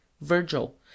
virgil